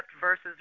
versus